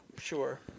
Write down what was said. sure